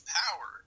power